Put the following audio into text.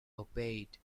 obeyed